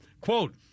Quote